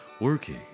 Working